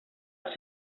els